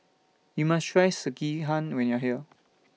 YOU must Try Sekihan when YOU Are here